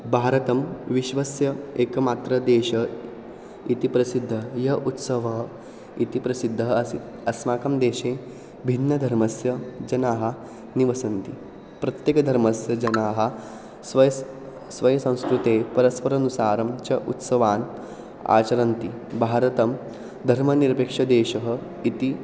भारतं विश्वस्य एकमात्रं देशः इति प्रसिद्धः यः उत्सवः इति प्रसिद्धः आसीत् अस्माकं देशे भिन्नधर्माणां जनाः निवसन्ति प्रत्येकधर्मस्य जनाः स्वयं स्वसंस्कृतेः परम्परानुसारं च उत्सवान् आचरन्ति भारतं धर्मनिरपेक्षदेशः इति